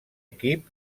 equip